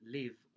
live